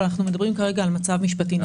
אבל אנחנו מדברים כרגע על מצב משפטי נתון.